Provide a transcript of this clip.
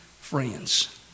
friends